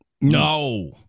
No